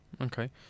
okay